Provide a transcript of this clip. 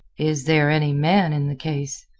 is there any man in the case?